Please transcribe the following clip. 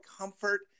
comfort